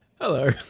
Hello